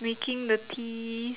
making the teas